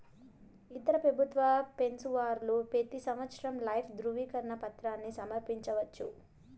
ఇతర పెబుత్వ పెన్సవర్లు పెతీ సంవత్సరం లైఫ్ దృవీకరన పత్రాని సమర్పించవచ్చు